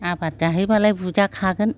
आबाद जाहैबालाय बुजाखागोन